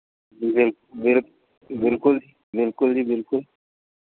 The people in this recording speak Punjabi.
ਬਿਲਕੁਲ ਜੀ ਬਿਲਕੁਲ ਜੀ ਬਿਲਕੁਲ